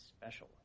special